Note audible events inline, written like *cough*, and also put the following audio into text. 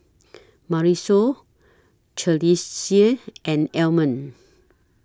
Marisol *unintelligible* and Almond